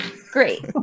Great